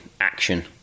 action